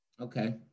Okay